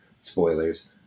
Spoilers